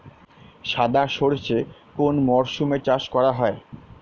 সাদা সর্ষে কোন মরশুমে চাষ করা হয়?